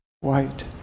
white